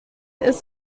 ist